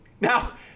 Now